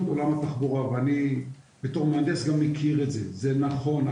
עולם התחבורה ואני בתור מהנדס גם מכיר את זה וזה נכון,